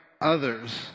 others